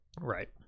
Right